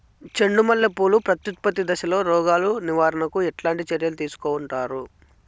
చెండు మల్లె పూలు ప్రత్యుత్పత్తి దశలో రోగాలు నివారణకు ఎట్లాంటి చర్యలు తీసుకుంటారు?